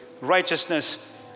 righteousness